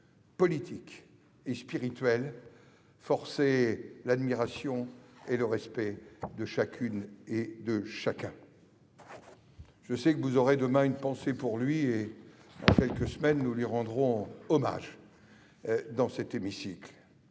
politique et spirituelle forçait l'admiration et le respect de chacune et de chacun. Je sais que vous aurez demain une pensée pour lui. Dans quelques semaines, nous lui rendrons hommage dans cet hémicycle.